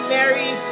Mary